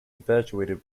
infatuated